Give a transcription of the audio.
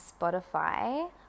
Spotify